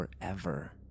forever